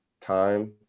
time